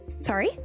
Sorry